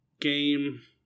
game